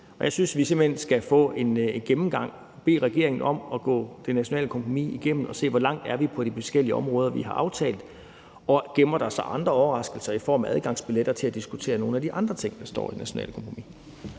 Jeg synes, at vi simpelt hen skal bede regeringen om at gå det nationale kompromis igennem og se på, hvor langt vi er på de forskellige områder, vi har truffet aftale om, og om der gemmer sig andre overraskelser i form af adgangsbilletter til at diskutere nogle af de andre ting, der står i det nationale kompromis.